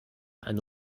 eine